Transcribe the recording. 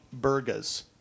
burgas